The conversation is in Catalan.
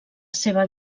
seva